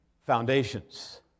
Foundations